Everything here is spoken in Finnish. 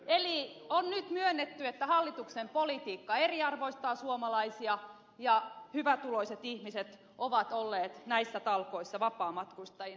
eli on nyt myönnetty että hallituksen politiikka eriarvoistaa suomalaisia ja hyvätuloiset ihmiset ovat olleet näissä talkoissa vapaamatkustajina